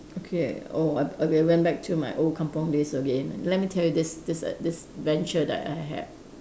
okay oh I okay went back to my old kampung days again let me tell you this this this adventure that I had